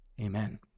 Amen